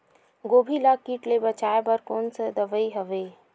गोभी ल कीट ले बचाय बर कोन सा दवाई हवे?